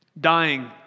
dying